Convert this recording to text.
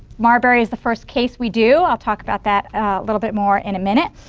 marbury is the first case we do. i'll talk about that a little bit more in a minute.